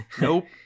Nope